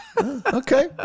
okay